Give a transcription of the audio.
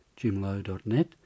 jimlow.net